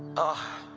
ah!